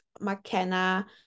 McKenna